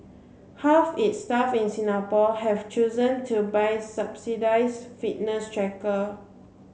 half its staff in Singapore have chosen to buy subsidise fitness tracker